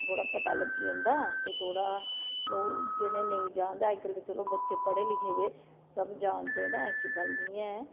ते थोह्ड़ा पता लग्गी जंदा ते थोह्ड़ा लोक जेह्ड़े नेईं जांदे अज्जकल ते चलो बच्चे थोह्ड़ा पढ़े लिखे दे सब जानदे न ऐसी नेईं ऐ